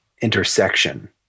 intersection